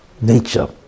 nature